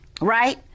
right